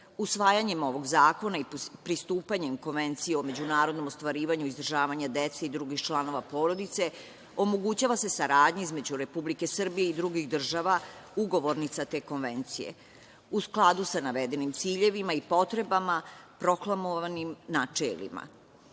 isprava. Usvajanjem ovog zakona i pristupanjem Konvencije o međunarodnom ostvarivanju izdržavanja dece i drugih članova porodice omogućava se saradnja između Republike Srbije i drugih država ugovornica te Konvencije, u skladu sa navedenim ciljevima i potrebama proklamovanim načelima.U